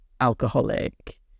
alcoholic